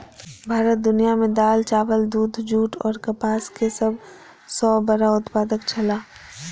भारत दुनिया में दाल, चावल, दूध, जूट और कपास के सब सॉ बड़ा उत्पादक छला